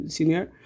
Senior